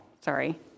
Sorry